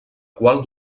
qual